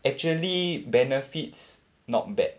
actually benefits not bad